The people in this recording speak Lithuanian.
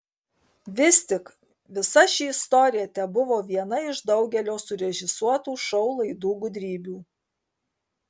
vis tik visa ši istorija tebuvo viena iš daugelio surežisuotų šou laidų gudrybių